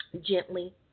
gently